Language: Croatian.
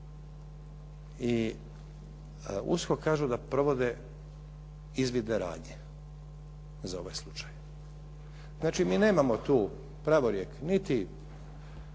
i USKOK kažu da provode izvidne radnje za ovaj slučaj. Znači, mi nemamo tu pravorijek niti